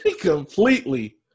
Completely